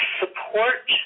support